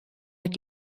het